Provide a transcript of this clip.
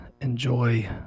enjoy